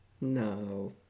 no